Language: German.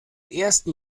ersten